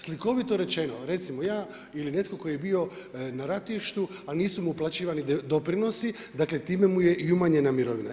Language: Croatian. Slikovito rečeno, recimo, ja ili netko tko je bio na ratištu a nisu mu uplaćivani doprinositi, dakle, time mu je i umanjena mirovina.